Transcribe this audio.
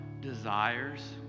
desires